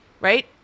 right